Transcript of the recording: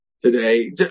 today